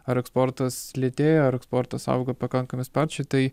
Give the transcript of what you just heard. ar eksportas lėtėja ar eksportas auga pakankamai sparčiai tai